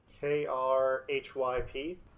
k-r-h-y-p